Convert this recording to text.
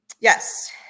Yes